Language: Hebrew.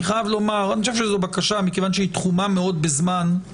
מכיוון שהבקשה הזאת תחומה מאוד בזמן,